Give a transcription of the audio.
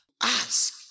Ask